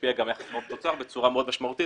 וישפיע על היחס חוב-תוצר בצורה מאוד משמעותית,